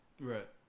Right